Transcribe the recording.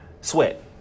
Sweat